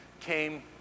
came